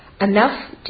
Enough